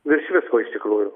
virš visko iš tikrųjų